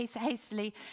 hastily